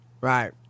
Right